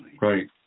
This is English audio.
Right